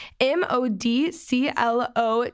m-o-d-c-l-o